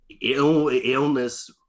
illness